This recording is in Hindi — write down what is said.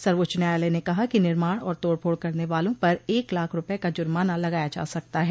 सर्वोच्च न्यायालय ने कहा कि निर्माण और तोड़ फोड़ करने वालों पर एक लाख रुपये का जुर्माना लगाया जा सकता है